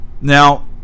Now